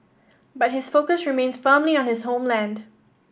but his focus remains firmly on his homeland